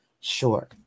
Sure